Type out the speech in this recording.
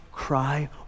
cry